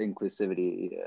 inclusivity